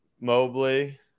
Mobley